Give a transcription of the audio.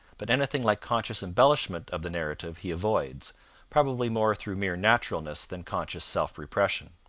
but anything like conscious embellishment of the narrative he avoids probably more through mere naturalness than conscious self-repression.